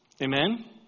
Amen